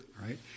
right